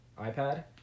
iPad